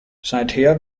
seither